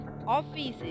offices